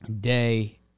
day